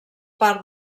part